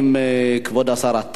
מס' 8375. כבוד השר,